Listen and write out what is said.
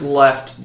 left